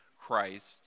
christ